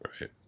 Right